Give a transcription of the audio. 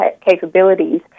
capabilities